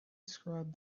described